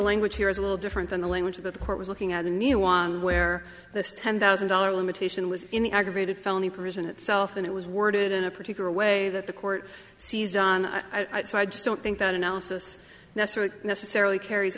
language here is a little different than the language that the court was looking at a new one where this ten thousand dollars limitation was in the aggravated felony prison itself and it was worded in a particular way that the court sees i so i just don't think that analysis necessarily necessarily carries